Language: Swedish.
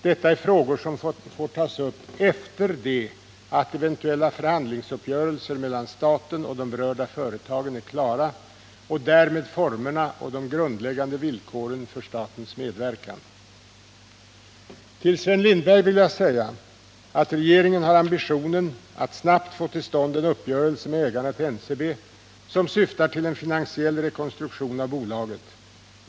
Detta är frågor som får tas upp efter det att eventuella förhandlingsuppgörelser mellan staten och de berörda företagen är klara och därmed formerna och de grundläggande villkoren för statens medverkan. Till Sven Lindberg vill jag säga att regeringen har ambitionen att snabbt få till stånd en uppgörelse med ägarna till NCB som syftar till en finansiell rekonstruktion av bolaget.